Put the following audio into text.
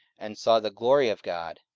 and saw the glory of god,